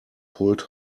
pulled